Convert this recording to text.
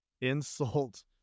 insult